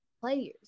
players